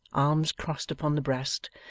arms crossed upon the breast,